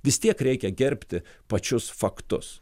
vis tiek reikia gerbti pačius faktus